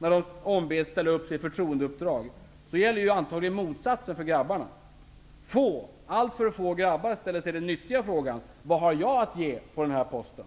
när de ombeds att ställa upp till ett förtroendeuppdrag i politiken: Är jag verkligen kvalificerad för detta? Det är antagligen motsatsen som gäller för grabbarna. Få grabbar -- alltför få -- ställer sig den nyttiga frågan: Vad har jag att ge på denna post?